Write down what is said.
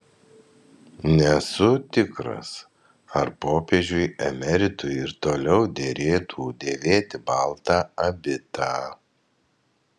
nesu tikras ar popiežiui emeritui ir toliau derėtų dėvėti baltą abitą